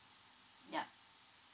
ya